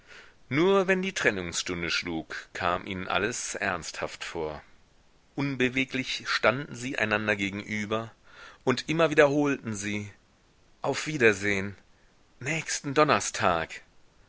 nur wenn die trennungsstunde schlug kam ihnen alles ernsthaft vor unbeweglich standen sie einander gegenüber und immer wiederholten sie auf wiedersehn nächsten donnerstag